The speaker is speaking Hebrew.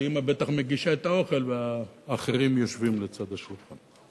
שאמא בטח מגישה את האוכל והאחרים יושבים לצד השולחן.